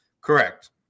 Correct